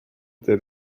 that